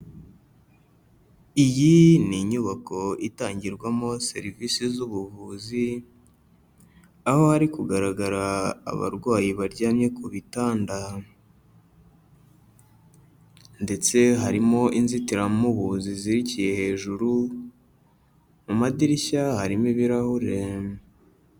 Iyi ni inyubako itangirwamo serivisi z'ubuvuzi, aho hari kugaragara abarwayi baryamye ku bitanda ndetse harimo inzitiramubu zizirikiye hejuru, mu madirishya harimo ibirahure.